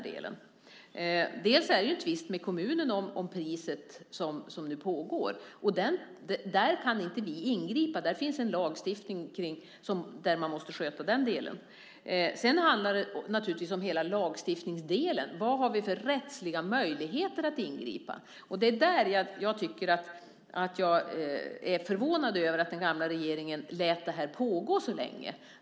Dels pågår en tvist med kommunen om priset, och där kan vi inte ingripa. Där finns en lagstiftning som gäller. Dels handlar det naturligtvis om hela lagstiftningsdelen. Vad har vi för rättsliga möjligheter att ingripa? Där är jag förvånad över att den tidigare regeringen lät detta pågå så länge.